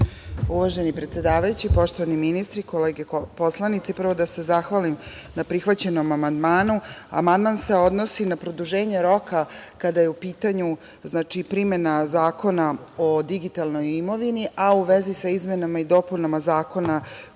Uvaženi predsedavajući, poštovani ministri, kolege poslanici, prvo da se zahvalim na prihvaćenom amandmanu. Amandman se odnosi na produženje roka kada je u pitanju primena zakona o digitalnoj imovini, a u vezi sa izmenama i dopunama Zakona